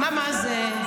מה זה?